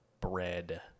bread